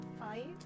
five